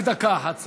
רק דקה אחת,